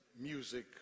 music